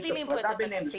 יש הפרדה ביניהם.